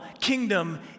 kingdom